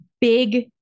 big